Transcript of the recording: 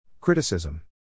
Criticism